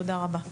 תודה רבה.